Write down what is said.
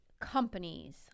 companies